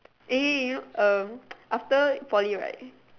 eh you know uh after poly right